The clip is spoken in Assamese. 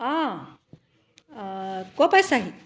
অঁ ক'ৰ পাইছাহি